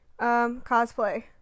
cosplay